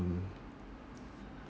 um